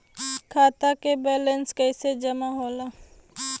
खाता के वैंलेस कइसे जमा होला?